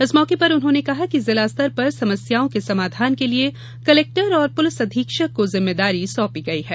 इस मौके पर उन्होंने कहा कि जिलास्तर पर समस्याओं के समाधान के लिए कलेक्टर और पुलिस अधीक्षक को जिम्मेदारी सौपी गई है